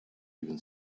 even